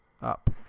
up